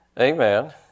Amen